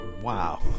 wow